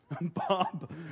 Bob